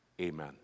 amen